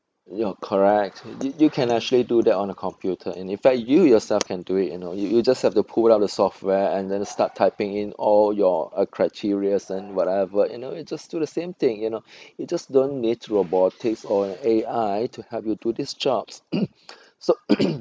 you know correct you you can actually do that on a computer and in fact you yourself can do it you know you you just have to pull out the software and then to start typing in all your uh criteria and whatever you know you just do the same thing you know you just don't need robotics or A_I to help you to this job so